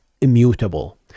immutable